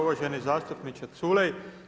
Uvaženi zastupniče Culej.